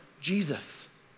Jesus